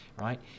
right